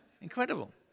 Incredible